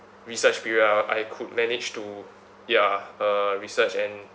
research period ah I could manage to ya uh research and